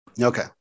okay